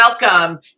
welcome